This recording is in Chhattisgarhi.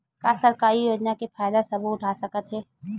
का सरकारी योजना के फ़ायदा सबो उठा सकथे?